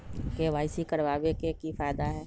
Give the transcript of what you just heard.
KYC करवाबे के कि फायदा है?